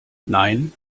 nein